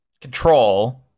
control